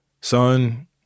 son